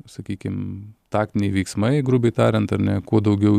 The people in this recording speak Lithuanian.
sakykim taktiniai veiksmai grubiai tariant ar ne kuo daugiau